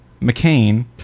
McCain